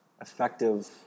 effective